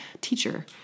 teacher